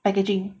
packaging